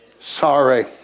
sorry